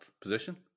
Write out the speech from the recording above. position